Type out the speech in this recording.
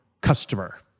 customer